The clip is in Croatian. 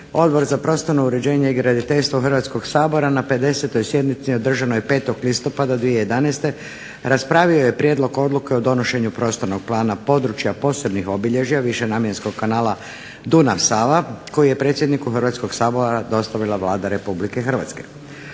Odbor za prostorno uređenje i graditeljstvo Hrvatskog sabora na 50. sjednici održanoj 5. listopada 2011. raspravio je Prijedlog odluke o donošenju Prostornog plana područja posebnih obilježja, višenamjenskog kanala Dunav-Sava koji je predsjedniku Hrvatskoga sabora dostavila Vlada Republike Hrvatske.